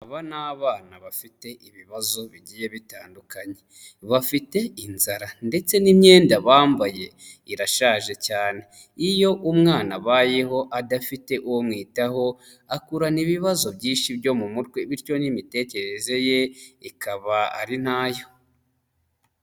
Aba n'abana bafite ibibazo bigiye bitandukanye bafite inzara ndetse n'imyenda bambaye irashaje cyane iyo umwana abaho adafite uwo umwitaho akura n'ibibazo byinshi byo mu mutwe bityo n'imitekerereze ye ikaba ari nayo.